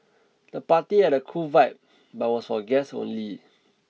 the party had a cool vibe but was for guests only